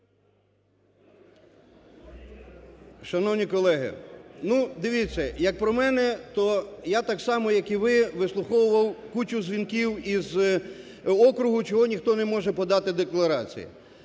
Шановні колеги, ну, дивіться, як про мене, то я так само, як і ви, вислуховував кучу дзвінків із округу, чого ніхто не може подати декларацію.